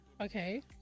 Okay